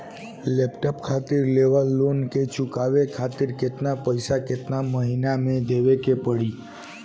Laptop खातिर level loan के चुकावे खातिर केतना पैसा केतना महिना मे देवे के पड़ी?